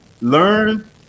learn